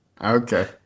okay